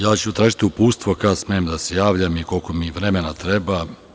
Ja ću tražiti uputstva kad smem da se javljam i koliko mi vremena treba.